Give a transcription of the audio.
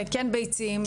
כן ביצים,